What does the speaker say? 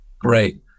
Great